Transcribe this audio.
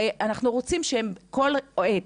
אנחנו רוצים הרי שבכל עת,